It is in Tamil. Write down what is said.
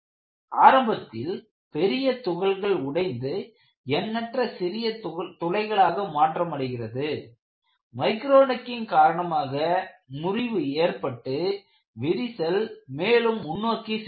ஆரம்பத்தில் பெரிய துகள்கள் உடைந்து எண்ணற்ற சிறிய துளைகளாக மாற்றமடைகிறது மைக்ரோ நெக்கிங் காரணமாக முறிவு ஏற்பட்டு விரிசல் மேலும் முன்னோக்கி செல்கிறது